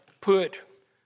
put